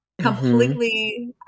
Completely